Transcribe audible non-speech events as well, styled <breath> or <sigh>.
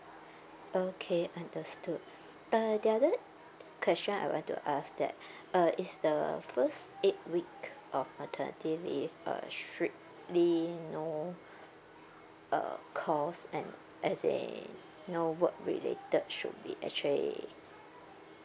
okay understood uh the other question I want to ask that <breath> uh is the first eight week of maternity leave uh strictly no <breath> uh calls and as in no work related should be actually